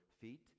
feet